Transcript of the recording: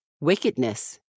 wickedness